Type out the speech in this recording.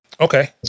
Okay